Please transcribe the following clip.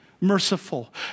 merciful